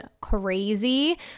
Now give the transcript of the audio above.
crazy